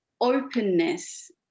openness